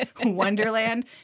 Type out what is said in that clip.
Wonderland